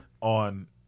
on